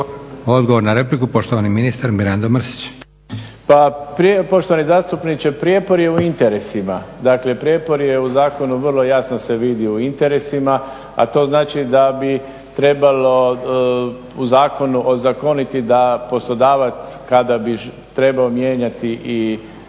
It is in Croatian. Odgovor na repliku poštovani ministar Mirando Mrsić. Pa, poštovani zastupniče, prijepor je u interesima, dakle prijepor je u Zakonu vrlo jasno se vidi u interesima a to znači da bi trebalo u Zakonu ozakoniti da poslodavac kada bi trebao mijenjati i